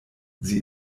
sie